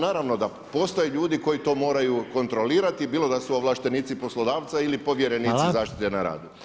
Naravno da postoje ljudi koji to moraju kontrolirati, bilo da su ovlaštenici poslodavca ili povjerenici zaštite na radu.